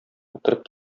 утырып